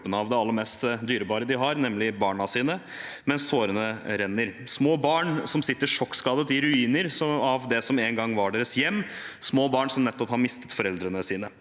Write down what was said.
aller mest dyrebare de har, nemlig barna sine, mens tårene renner, små barn som sitter sjokkskadet i ruinene av det som en gang var deres hjem, små barn som nettopp har mistet foreldrene sine,